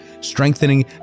strengthening